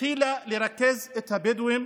התחילה לרכז את הבדואים